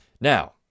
Now